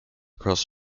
cross